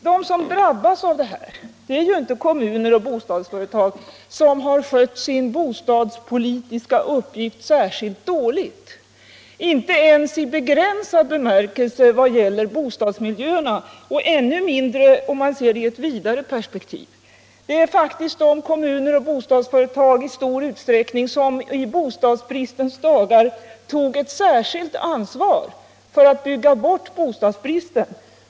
Nej, de som drabbats av problem med tomma lägenheter är inte sådana kommuner och bostadsföretag som har skött sin bostadspolitiska uppgift dåligt — inte ens i begränsad bemärkelse vad gäller bostadsmiljöerna och ännu mindre om man ser det i ett vidare perspektiv. De som drabbas är i stor utsträckning de kommuner och bostadsföretag som i bostadsbristens dagar tog ett särskilt ansvar för att bygga bort bostadsbristen.